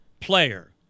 player